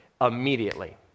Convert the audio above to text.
immediately